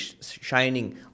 shining